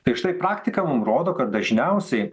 tai štai praktika rodo kad dažniausiai